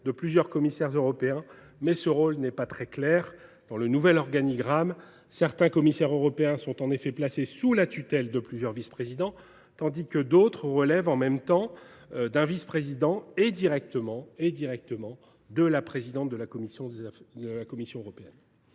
de plusieurs commissaires européens, mais ce rôle n’est pas très clair. Dans le nouvel organigramme, certains commissaires européens sont en effet placés sous la tutelle de plusieurs vice présidents, tandis que d’autres relèvent en même temps d’un vice président et directement de la présidente de la Commission européenne.